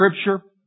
scripture